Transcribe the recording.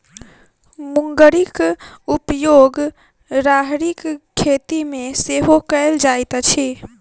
मुंगरीक उपयोग राहरिक खेती मे सेहो कयल जाइत अछि